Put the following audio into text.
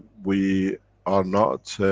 we are not.